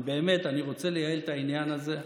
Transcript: באמת, אני רוצה לייעל את העניין הזה.